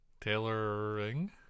Tailoring